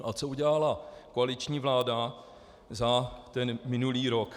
A co udělala koaliční vláda za ten minulý rok?